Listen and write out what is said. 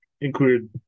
included